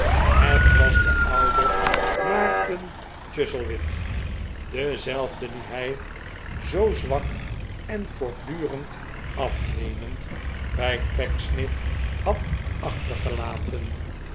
het was de oude maarten chuzzlewit dezelfde dien hij zoo zwak en voortdurend afnemend bij pecksniff had achtergelaten